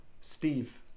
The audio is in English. Steve